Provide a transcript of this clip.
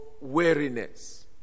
weariness